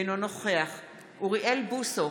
אינו נוכח אוריאל בוסו,